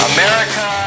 America